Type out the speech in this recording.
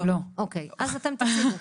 אז אתם תציגו.